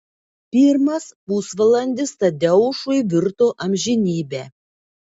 pirmas pusvalandis tadeušui virto amžinybe